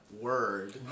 word